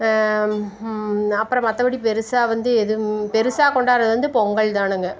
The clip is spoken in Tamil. அப்புறம் மற்றபடி பெருசாக வந்து எதுவும் பெருசாக கொண்டாடுறது வந்து பொங்கல் தானுங்க